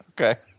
Okay